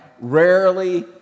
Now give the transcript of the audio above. rarely